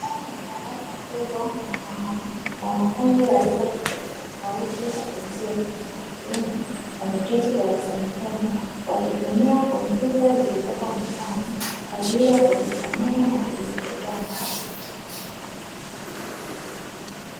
Ndani ya darasa kubwa na maalumu wanafunzi wa rika tofauti tofauti wa jinsia ya kike na wa kiume, wameketi darasani humo wakitumia kompyuta zilizoko mezani kwa ajili ya kujisomea na kujiongezea maarifa.